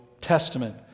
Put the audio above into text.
Testament